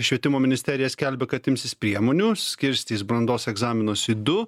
švietimo ministerija skelbia kad imsis priemonių skirstys brandos egzaminus į du